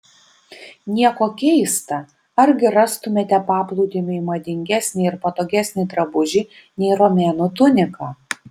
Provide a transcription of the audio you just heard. nieko keista argi rastumėte paplūdimiui madingesnį ir patogesnį drabužį nei romėnų tunika